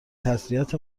تسلیت